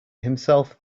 himself